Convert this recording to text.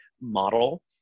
model